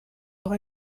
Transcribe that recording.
noch